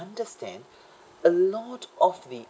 understand a lot of the